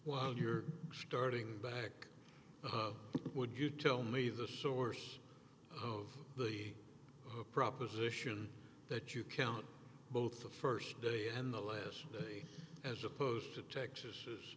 while you're starting back would you tell me the source of the proposition that you count both the first day and the last day as opposed to texas i